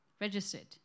registered